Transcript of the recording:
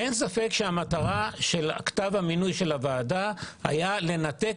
אין ספק שמטרת כתב המינוי של הוועדה היה לנתק